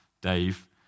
Dave